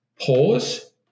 pause